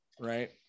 right